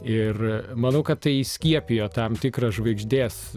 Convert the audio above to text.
ir manau kad tai įskiepijo tam tikrą žvaigždės